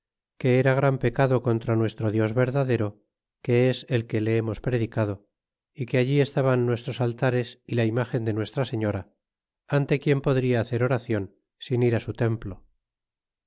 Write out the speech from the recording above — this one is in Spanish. que era gran pecado contra nuestro dios verdadero que es el que le hemos predicado y que allí estaban nuestros altares y la imagen de nuestra señora ante quien podria hacer oracion sin ir á su templo